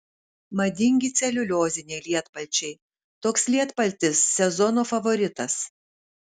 madingi celiulioziniai lietpalčiai toks lietpaltis sezono favoritas